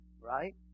right